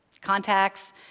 Contacts